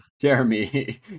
Jeremy